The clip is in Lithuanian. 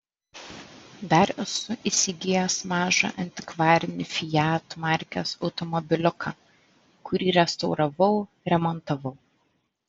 dar esu įsigijęs mažą antikvarinį fiat markės automobiliuką kurį restauravau remontavau